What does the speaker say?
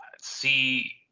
see